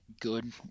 good